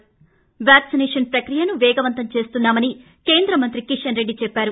ి వ్యాక్సినేషన్ ప్రక్రియను పేగవంతం చేస్తున్నా మని కేంద్రమంత్రి కిషన్ రెడ్లి చెప్పారు